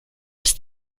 ist